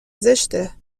زشته